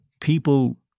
people